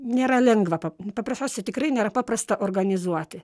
nėra lengva paprasčiausiai tikrai nėra paprasta organizuoti